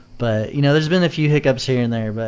but you know there's been a few hiccups here and there. but